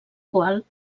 qual